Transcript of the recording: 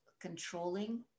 controlling